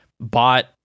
bought